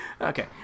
Okay